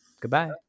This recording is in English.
goodbye